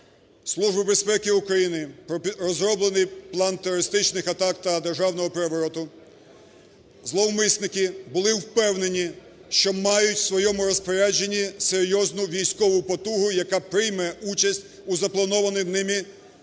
Службу Безпеки України про розроблений план терористичних атак та державного перевороту, зловмисники були впевнені, що мають в своєму розпорядженні серйозну військову потугу, яка прийме участь у запланованому ними замаху